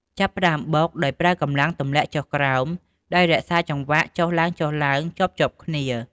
ចាប់ផ្តើមបុកដោយប្រើកម្លាំងទម្លាក់ចុះក្រោម ដោយរក្សាចង្វាក់ចុះឡើងៗជាប់ៗគ្នា។